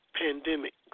pandemic